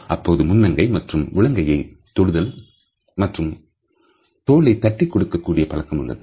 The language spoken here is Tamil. அப்போது முன்னங்கை மற்றும் முழங்கையை தொடுதல் மற்றும் தொலை தட்டிக் கொடுக்க கூடிய பழக்கம் உள்ளது